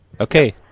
okay